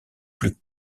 plus